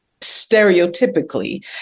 stereotypically